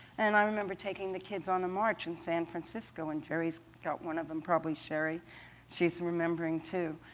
and i remember taking the kids on a march in san francisco, and gerry's got one of them, probably sherry she's remembering too.